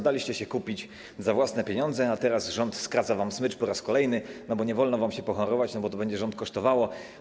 Daliście się kupić za własne pieniądze, a teraz rząd skraca wam smycz po raz kolejny, bo nie wolno wam się pochorować, bo to będzie rząd kosztowało.